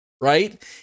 right